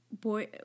boy